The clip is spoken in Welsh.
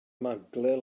maglau